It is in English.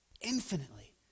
Infinitely